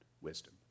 wisdom